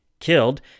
Killed